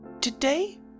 Today